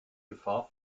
gefahr